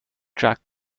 track